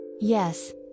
Yes